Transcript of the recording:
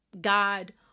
God